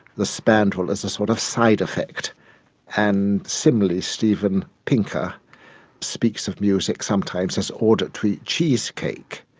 the spandrel is a sort of side-effect. and similarly steven pinker speaks of music sometimes as auditory cheesecake,